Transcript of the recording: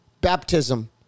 baptism